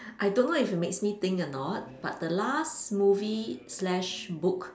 I don't know if it makes me think or not but the last movie slash book